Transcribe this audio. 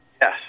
Yes